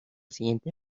siguiente